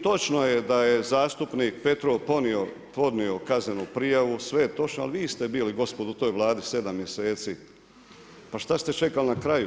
Točno je da je zastupnik Petrov podnio kaznenu prijavu, sve je točno, ali vi ste bili gospodo u toj vladi sedam mjeseci, pa šta ste čekali na kraju?